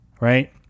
right